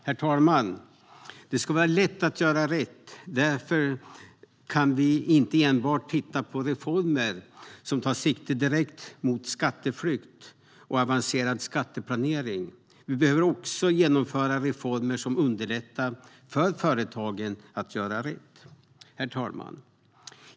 Herr talman! Det ska vara lätt att göra rätt. Därför kan vi inte enbart titta på reformer som tar sikte direkt på skatteflykt och avancerad skatteplanering. Vi behöver också genomföra reformer som underlättar för företagen att göra rätt. Herr talman!